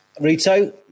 Rito